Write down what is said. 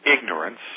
ignorance